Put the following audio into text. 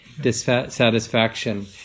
dissatisfaction